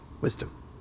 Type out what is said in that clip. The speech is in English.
wisdom